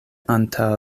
antaŭ